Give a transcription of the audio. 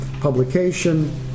publication